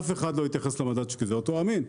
אף אחד לא התייחס למדד כי זה אוטו אמין.